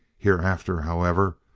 hereafter, however,